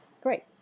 great